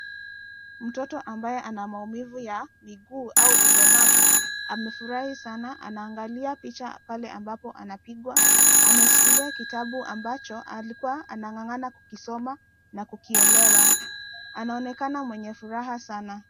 Mtoto ambaye ana maumivu ya miguu au ulemavu. Amefurahi sana anaangalia picha pale ambapo anapigwa. Ameshikilia kitabu ambacho alikuwa anangangana kukisoma na kukielewa. Anaonekana mwenye furaha sana.